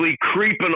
creeping